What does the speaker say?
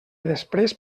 després